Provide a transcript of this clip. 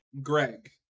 Greg